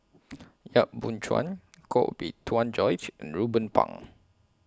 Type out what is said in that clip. Yap Boon Chuan Koh Bee Tuan Joyce and Ruben Pang